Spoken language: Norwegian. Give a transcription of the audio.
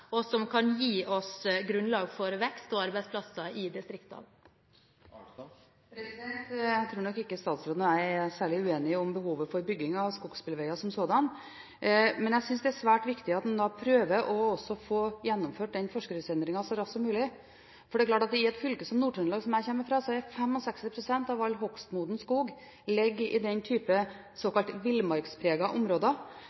og som kan gi oss grunnlag for vekst og arbeidsplasser i distriktene. Jeg tror nok ikke statsråden og jeg er særlig uenige om behovet for bygging av skogsbilveger som sådan, men jeg synes det er svært viktig at man prøver å få gjennomført denne forskriftsendringen så raskt som mulig. I et fylke som Nord-Trøndelag, som jeg kommer fra, ligger 65 pst. av all hogstmoden skog i